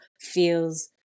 feels